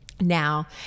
Now